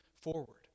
forward